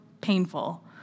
painful